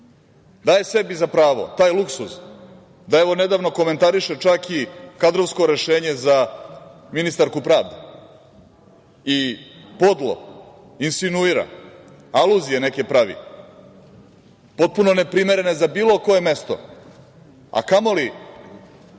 daje sebi za pravo taj luksuz da nedavno komentariše čak i kadrovsko rešenje za ministarku pravde i podlo insinuira, aluzije neke pravi, potpuno neprimerene za bilo koje mesto, a kamoli